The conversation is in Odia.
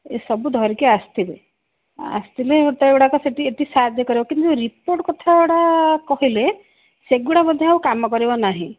ଏସବୁ ଧରିକି ଆସ୍ଥିବେ ଆସ୍ଥିଲେ ଏଠି ସାହାଯ୍ୟ କରିବ କିନ୍ତୁ ରିପୋର୍ଟ କଥା ଗୁଡ଼ା କହିଲେ ସେଗୁଡ଼ା ବୋଧେ ଆଉ କାମ କରିବ ନାହିଁ